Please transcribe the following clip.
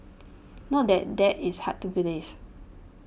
not that that is hard to believe